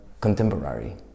contemporary